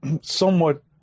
somewhat